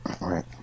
Right